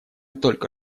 только